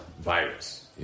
virus